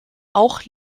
auch